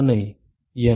மாணவர் N